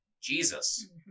Jesus